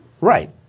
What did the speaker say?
Right